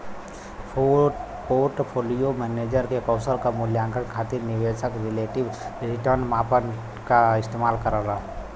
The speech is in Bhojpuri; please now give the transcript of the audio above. पोर्टफोलियो मैनेजर के कौशल क मूल्यांकन खातिर निवेशक रिलेटिव रीटर्न माप क इस्तेमाल करलन